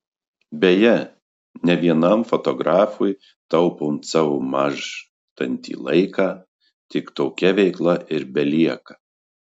beje ne vienam fotografui taupant savo mąžtantį laiką tik tokia veikla ir belieka